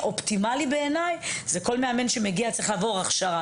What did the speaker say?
הדבר האופטימלי הוא שכל מאמן שמגיע יצטרך לעבור הכשרה,